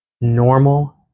normal